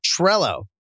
Trello